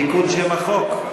תיקון שם החוק?